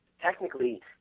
Technically